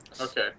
okay